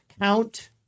count